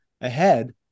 ahead